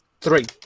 Three